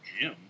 gym